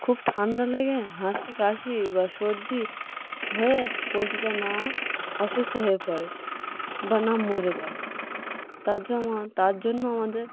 খুব ঠান্ডা লেগে হাঁচি কাশি বা সর্দি হয়ে পোলট্রিটা না অসুস্থ হয়ে পড়ে বা না মরে যায় তার জমাত তার জন্য আমাদের